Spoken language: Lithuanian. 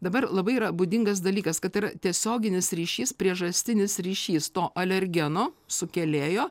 dabar labai yra būdingas dalykas kad yra tiesioginis ryšys priežastinis ryšys to alergeno sukėlėjo